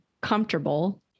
comfortable